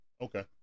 Okay